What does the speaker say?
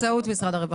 באמצעות משרד הרווחה.